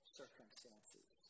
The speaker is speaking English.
circumstances